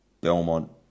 Belmont